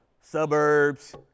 suburbs